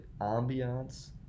ambiance